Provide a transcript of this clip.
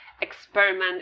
experiment